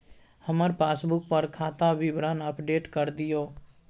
हमर पासबुक पर खाता विवरण अपडेट कर दियो